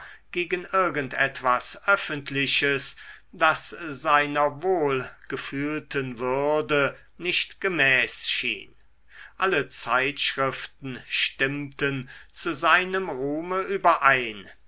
gegen irgend etwas öffentliches das seiner wohl gefühlten würde nicht gemäß schien alle zeitschriften stimmten zu seinem ruhme überein